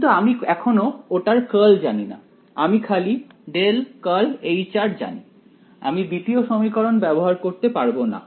কিন্তু আমি এখনো ওটার কার্ল জানিনা আমি খালি জানি আমি দ্বিতীয় সমীকরণ ব্যবহার করতে পারব না